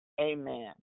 Amen